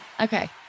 Okay